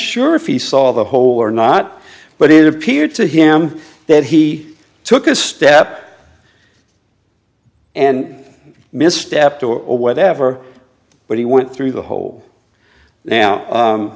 sure if he saw the hole or not but it appeared to him that he took a step and misstep two or whatever but he went through the whole now